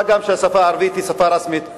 מה גם שהשפה הערבית היא שפה רשמית במדינה.